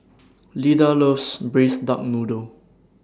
Lyda loves Braised Duck Noodle